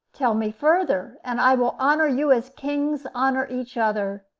tell me further, and i will honor you as kings honor each other.